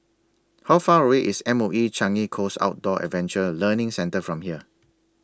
How Far away IS M O E Changi Coast Outdoor Adventure Learning Centre from here